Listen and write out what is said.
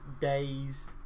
days